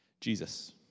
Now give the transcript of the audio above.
Jesus